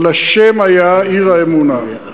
אבל השם היה עיר-האמונה.